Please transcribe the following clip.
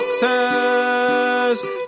boxes